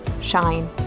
Shine